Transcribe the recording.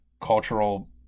cultural